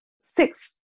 six